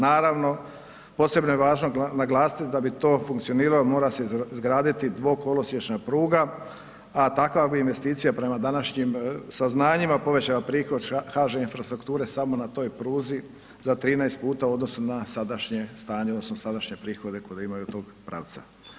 Naravno, posebno je važno naglasiti, da bi to funkcioniralo, mora se izgraditi dvokolosiječna pruga, a takva bi investicija, prema današnjim saznanjima, povećao prihod HŽ Infrastrukturi, samo na toj pruzi za 13 puta u odnosu na sadašnje stanje odnosno sadašnje prihode koje imaju od tog pravca.